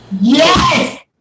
Yes